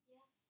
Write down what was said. Yes